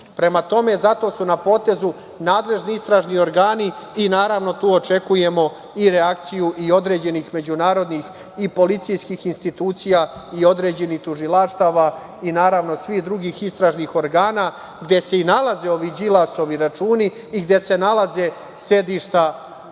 Đilas. Prema tome, zato su na potezu nadležni istražni organi i naravno tu očekujemo reakciju i određenih međunarodnih policijskih institucija i određenih tužilaštava i naravno svih drugih istražnih organa gde se i nalaze ovi Đilasovi računi i gde se nalaze sedišta kako